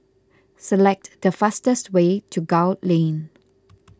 select the fastest way to Gul Lane